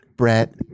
Brett